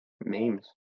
memes